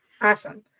Awesome